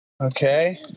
Okay